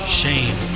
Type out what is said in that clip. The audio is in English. shame